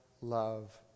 love